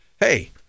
hey